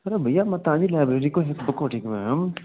अरे भईया मां तव्हांजी लाएब्ररी खां हिकु बुक वठी वियो हुयुमि